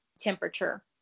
temperature